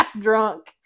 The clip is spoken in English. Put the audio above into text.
drunk